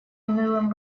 унылым